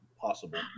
possible